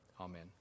Amen